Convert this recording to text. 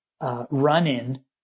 run-in